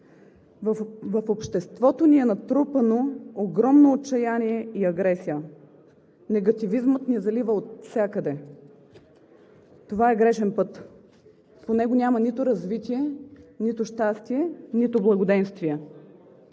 В обществото ни е натрупано огромно отчаяние и агресия. Негативизмът ни залива отвсякъде. Това е грешен път. По него няма нито развитие, нито щастие, нито благоденствие.